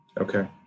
Okay